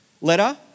letter